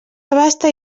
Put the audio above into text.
abaste